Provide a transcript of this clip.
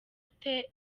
ute